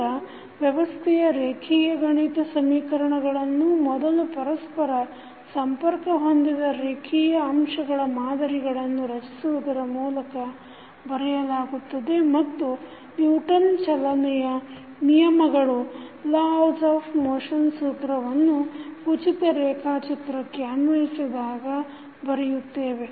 ಈಗ ವ್ಯವಸ್ಥೆಯ ರೇಖಿಯ ಗಣಿತ ಸಮೀಕರಣಗಳನ್ನು ಮೊದಲು ಪರಸ್ಪರ ಸಂಪರ್ಕ ಹೊಂದಿದ ರೇಖಿಯ ಅಂಶಗಳ ಮಾದರಿಗಳನ್ನು ರಚಿಸುವುದರ ಮೂಲಕ ಬರೆಯಲಾಗುತ್ತದೆ ಮತ್ತು ನಿವ್ಟನ್ Newtons ಚಲನೆಯ ನಿಯಮ ಸೂತ್ರವನ್ನು ಉಚಿತ ರೇಖಾಚಿತ್ರಕ್ಕೆ ಅನ್ವಯಿಸಿದಾಗ ಬರೆಯುತ್ತೇವೆ